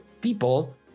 people